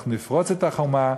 אנחנו נפרוץ את החומה,